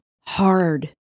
hard